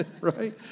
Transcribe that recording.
right